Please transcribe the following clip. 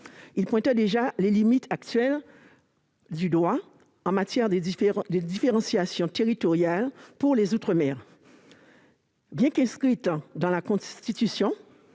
qui pointait déjà les limites actuelles du droit en matière de différenciation territoriale pour les outre-mer. Bien qu'inscrit dans la Constitution,